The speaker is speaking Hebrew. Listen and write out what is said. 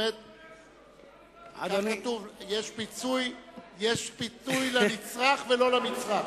יש פיצוי לנצרך ולא למצרך.